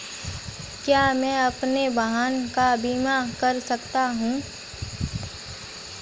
क्या मैं अपने वाहन का बीमा कर सकता हूँ?